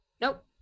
Nope